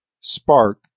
Spark